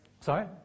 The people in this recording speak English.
Sorry